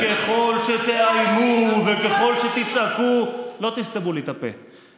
וככל שתאיימו, וככל שתצעקו, לא תסתמו לי את הפה.